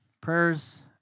Prayers